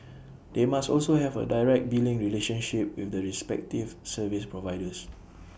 they must also have A direct billing relationship with the respective service providers